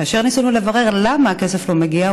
כאשר ניסינו לברר למה הכסף לא מגיע,